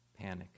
panic